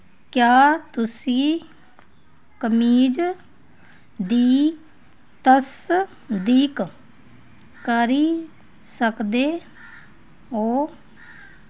क्या तुसी कमीज दी तसदीक करी सकदे ओ